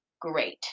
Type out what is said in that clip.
great